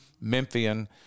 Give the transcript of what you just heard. memphian